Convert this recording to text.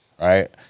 right